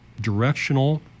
directional